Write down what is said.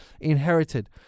inherited